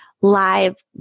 live